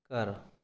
ਘਰ